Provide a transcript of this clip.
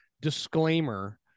disclaimer